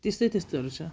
त्यस्तै त्यस्तोहरू छ